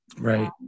Right